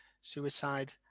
suicide